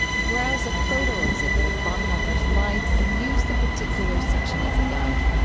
browse a photo exhibit of bonhoeffer's life, and use the particulars section as a guide.